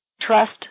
trust